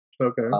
Okay